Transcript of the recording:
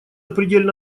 предельно